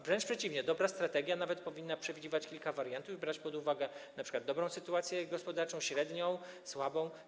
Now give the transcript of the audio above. Wręcz przeciwnie, dobra strategia nawet powinna przewidywać kilka wariantów i brać pod uwagę np. sytuację gospodarczą dobrą, średnią, słabą.